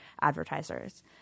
advertisers